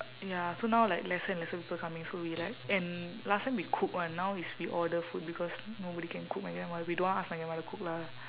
ya so now like lesser and lesser people coming so we like and last time we cook [one] now is we order food because nobody can cook my grandmother we don't want ask my grandmother cook lah